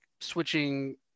switching